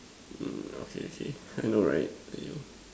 mm okay okay I know right !aiyo!